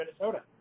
Minnesota